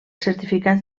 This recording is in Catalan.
certificats